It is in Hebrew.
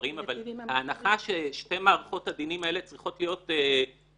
הדברים אבל ההנחה ששתי מערכות הדינים האלה צריכות להיות זהות,